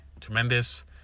Tremendous